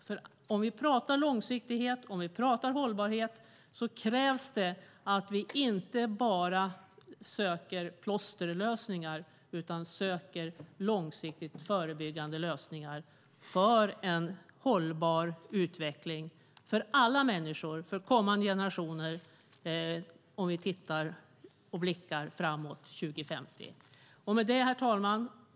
När vi pratar långsiktighet och hållbarhet krävs det att vi inte bara söker plåsterlösningar, utan vi måste söka långsiktigt förebyggande lösningar för en hållbar utveckling för alla människor, för kommande generationer, när vi blickar framåt mot 2050. Herr talman!